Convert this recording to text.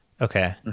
Okay